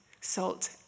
salt